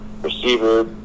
receiver